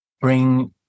bring